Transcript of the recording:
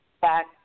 back